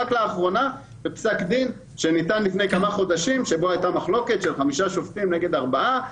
רק לאחרונה בפסק דין של חמישה שופטים נגד ארבעה,